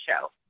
show